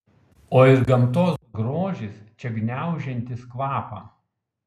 o ir gamtos grožis čia gniaužiantis kvapą